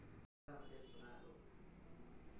రసాయన ఎరువుల వల్ల ఏ పంట బాగా ఉత్పత్తి అయితది?